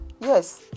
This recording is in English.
Yes